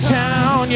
town